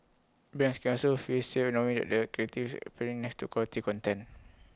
brands can also feel safe knowing that their creatives are appearing next to quality content